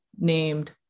named